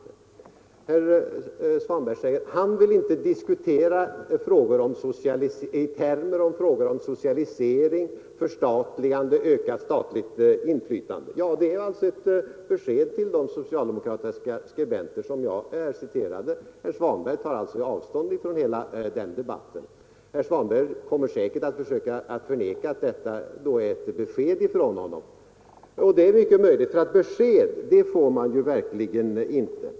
Herr Svanberg säger att han inte vill diskutera i termer som socialisering, förstatligande, ökat statligt inflytande. Det är alltså ett besked till de socialdemokratiska skribenter som jag här citerade. Herr Svanberg tar avstånd från hela den debatten. Herr Svanberg kommer säkert att försöka neka till att detta är ett besked från honom — och besked får man verkligen inte.